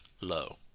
low